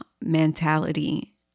mentality